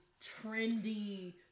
trendy